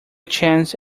chance